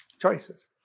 choices